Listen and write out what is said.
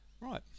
Right